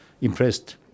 impressed